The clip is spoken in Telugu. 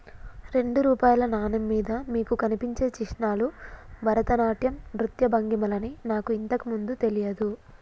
రెండు రూపాయల నాణెం మీద మీకు కనిపించే చిహ్నాలు భరతనాట్యం నృత్య భంగిమలని నాకు ఇంతకు ముందు తెలియదు